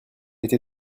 été